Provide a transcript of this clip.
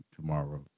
tomorrow